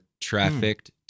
trafficked